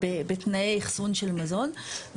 בתנאי אחסון של מזון.